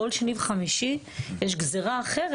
פשוט כל שני וחמישי יש גזרה אחרת.